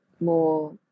more